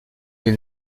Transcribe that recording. mais